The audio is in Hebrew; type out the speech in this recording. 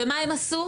ומה הם עשו?